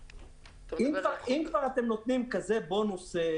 אם כבר אתם נותנים בונוס כזה מטורף,